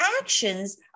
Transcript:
actions